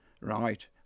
right